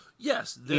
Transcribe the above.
Yes